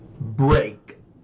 break